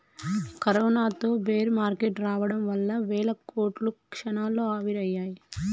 కరోనాతో bear market రావడం వల్ల వేల కోట్లు క్షణాల్లో ఆవిరయ్యాయి